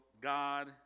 God